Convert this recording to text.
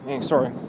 sorry